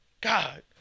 God